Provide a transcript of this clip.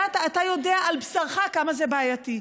אתה יודע על בשרך כמה זה בעייתי.